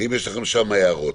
ואם יש לכם שם הערות,